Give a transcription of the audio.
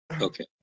Okay